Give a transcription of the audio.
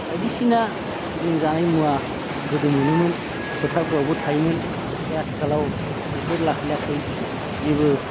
बायदिसिना जों जानाय मुवा गोदो मोनोमोन फोथारफोरावबो थायोमोन नाथाय आथिखालाव बेफोर लाखै लाखै जेबो